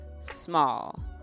small